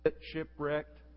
shipwrecked